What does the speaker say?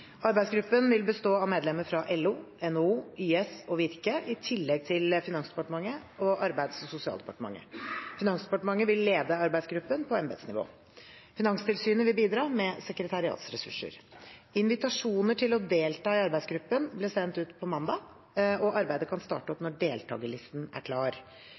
Arbeidsgruppen vil bli bestå av medlemmer fra LO, NHO, YS og Virke i tillegg til Finansdepartementet og Arbeids- og sosialdepartementet. Finansdepartementet vil lede arbeidsgruppen på embetsnivå. Finanstilsynet vil bidra med sekretariatsressurser. Invitasjoner til å delta i arbeidsgruppen ble sendt ut på mandag, og arbeidet kan starte opp når deltakerlisten er klar.